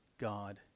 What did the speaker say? God